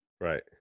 Right